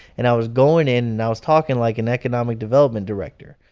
and i was going in, and i was talking like an economic development director.